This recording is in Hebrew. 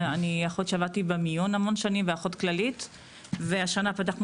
עבדתי במיון המון שנים ואחות כללית והשנה פתחנו